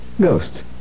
ghosts